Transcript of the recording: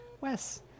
Wes